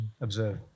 observe